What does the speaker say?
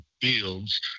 fields